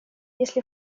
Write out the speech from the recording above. если